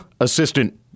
assistant